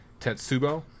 Tetsubo